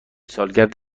سالگرد